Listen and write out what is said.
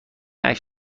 عکس